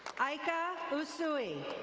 ika usooey.